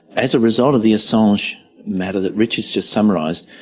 as a result of the assange matter that richard's just summarised,